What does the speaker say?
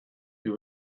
you